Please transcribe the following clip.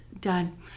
done